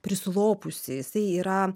prislopusi jisai yra